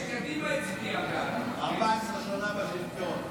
14 שנה בשלטון.